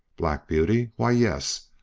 black beauty why, yes,